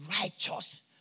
righteous